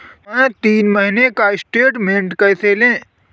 तीन महीने का स्टेटमेंट कैसे लें?